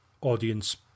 audience